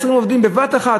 120 עובדים בבת-אחת,